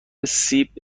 سیب